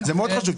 זה מאוד חשוב,